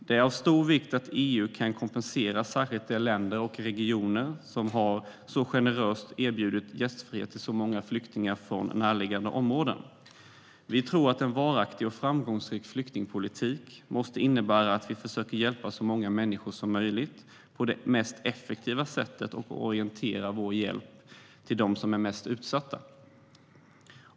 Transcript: Det är av stor vikt att EU kan kompensera särskilt de länder och regioner som generöst har erbjudit gästfrihet till många flyktingar från närliggande områden. Vi tror att en varaktig och framgångsrik flyktingpolitik måste innebära att vi försöker hjälpa så många människor som möjligt på det mest effektiva sättet och orientera vår hjälp mot dem som är mest utsatta.